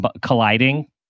colliding